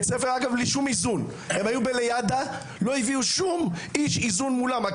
הם היו בליד"ה, לא הביאו שום איש איזון מולם.